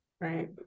right